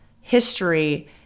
history